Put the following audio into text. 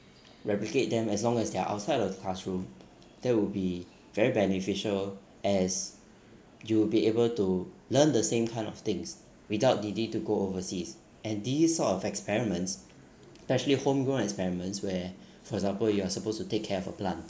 replicate them as long as they're outside of the classroom that would be very beneficial as you'll be able to learn the same kind of things without the need to go overseas and these sort of experiments largely homegrown experiments where for example you are suppose to take care for plant